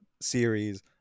series